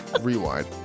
Rewind